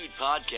Podcast